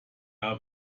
are